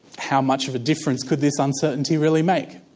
how much of a difference could this uncertainty really make?